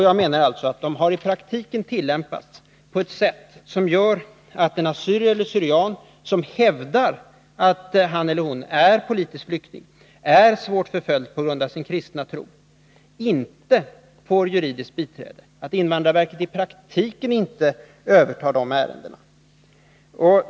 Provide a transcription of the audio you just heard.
Jag menar att de i praktiken har tillämpats på ett sätt som gör att en assyrier eller syrian, som hävdar att han eller hon är politisk flykting eller är svårt förföljd på grund av sin kristna tro, inte får juridiskt biträde, att invandrarverket i praktiken inte övertar sådana ärenden.